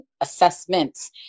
assessments